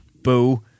boo